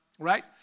right